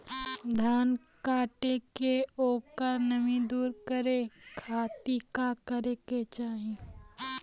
धान कांटेके ओकर नमी दूर करे खाती का करे के चाही?